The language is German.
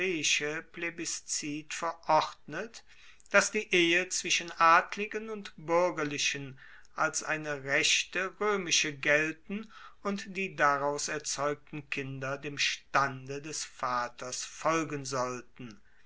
dass die ehe zwischen adligen und buergerlichen als eine rechte roemische gelten und die daraus erzeugten kinder dem stande des vaters folgen sollten